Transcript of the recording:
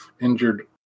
injured